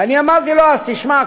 ואני אמרתי לו אז: תשמע,